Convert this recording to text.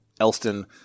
elston